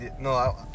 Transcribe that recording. No